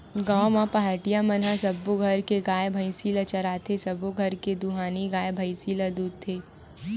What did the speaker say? गाँव म पहाटिया मन ह सब्बो घर के गाय, भइसी ल चराथे, सबो घर के दुहानी गाय, भइसी ल दूहथे